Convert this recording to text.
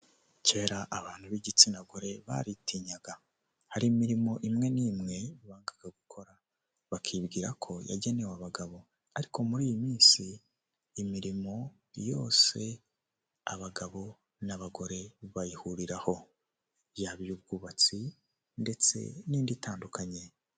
Aha ndahabona ibintu bigiye bitandukanye aho ndimo kubona abantu bagiye batandukanye, imodoka ndetse ndikubona moto zigiye zitandukanye, kandi nkaba ndimo ndabona na rifani zigiye zitandukanye, ndetse kandi nkaba ndimo kuhabona n'umuhanda wa kaburimbo.